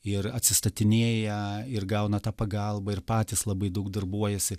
ir atsistatinėja ir gauna tą pagalbą ir patys labai daug darbuojasi